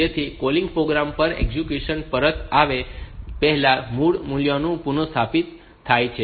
તેથી calling program પર execution પરત આવે તે પહેલાં મૂળ મૂલ્યો પુનઃસ્થાપિત થાય છે